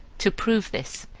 to prove this,